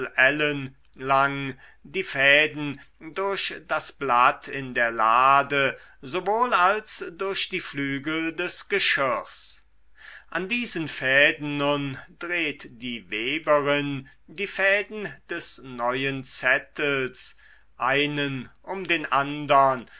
lang die fäden durch das blatt in der lade sowohl als durch die flügel des geschirrs an diese fäden nun dreht die weberin die fäden des neuen zettels einen um den andern